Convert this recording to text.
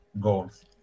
goals